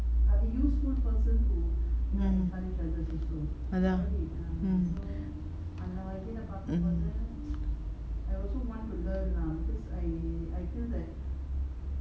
mm அதா:athaa mm mm